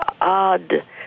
odd